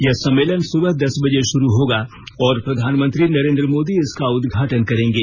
यह सम्मेलन सुबह दस बजे शुरू होगा और प्रधानमंत्री नरेन्द्र मोदी इसका उद्घाटन करेंगे